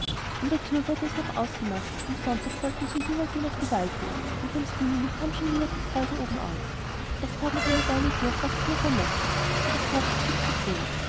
an der tür wurde es noch ganz ausgemacht am sonntag wollten sie hinübergehen auf die waldhöhe und dem stineli kam schon wieder die freude obenauf es tat auch noch die woche durch was es nur vermochte und es gab viel zu tun